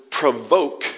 provoke